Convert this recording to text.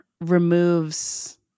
removes